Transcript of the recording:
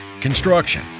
Construction